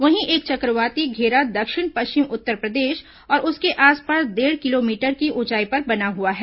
वहीं एक चक्रवाती घेरा दक्षिण पश्चिम उत्तरप्रदेश और उसके आसपास डेढ़ किलोमीटर की ऊंचाई पर बना हुआ है